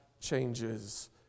changes